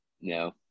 No